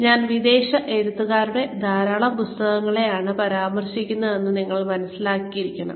അതിനാൽ ഞാൻ വിദേശ എഴുത്തുകാരുടെ ധാരാളം പുസ്തകങ്ങളെയാണ് പരാമർശിക്കുന്നതെന്ന് നിങ്ങൾ മനസ്സിലാക്കിയിരിക്കണം